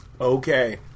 okay